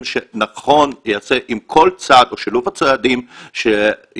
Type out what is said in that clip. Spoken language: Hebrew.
שנכון ייעשה אם כל צעד או שילוב הצעדים שייעשו,